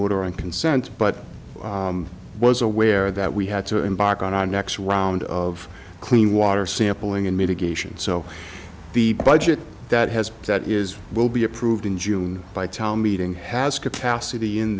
order on consent but i was aware that we had to embark on our next round of clean water sample and mitigation so the budget that has that is will be approved in june by town meeting has capacity in